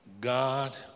God